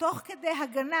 שתוך כדי הגנה,